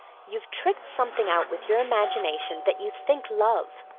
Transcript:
you've tricked something out with your imagination that you think love,